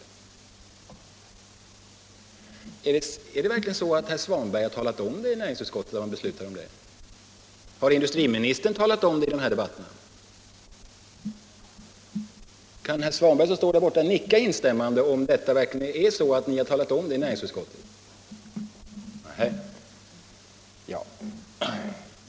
Är det verkligen så att herr Svanberg har talat om det i näringsutskottet? Har industriministern talat om det i debatterna här i riksdagen? Vill herr Svanberg, som står här i kammaren, nicka instämmande om det verkligen är så att han talat om det i näringsutskottet? Nej, det har han inte gjort.